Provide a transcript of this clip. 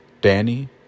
Danny